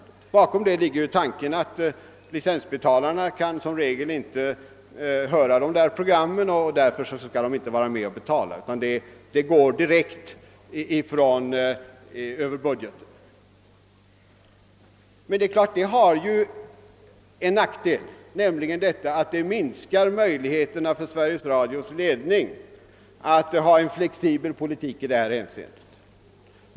Bakom den bestämmelsen ligger tanken att licensbetalarna som regel inte kan höra dessa program och därför inte skall vara med om att betala dem — utgifterna för dem går direkt över budgeten. Men detta har naturligtvis en nackdel: det minskar möjligheterna för Sveriges Radios ledning att föra en flexibel politik i detta hänseende.